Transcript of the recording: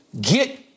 get